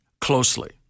closely